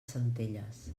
centelles